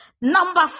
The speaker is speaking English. Number